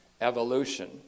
evolution